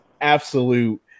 absolute